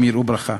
הם יראו ברכה.